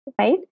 right